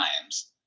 times